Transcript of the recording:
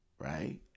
right